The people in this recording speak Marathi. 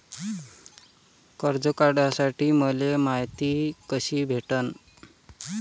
कर्ज काढासाठी मले मायती कशी भेटन?